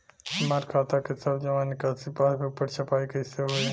हमार खाता के सब जमा निकासी पासबुक पर छपाई कैसे होई?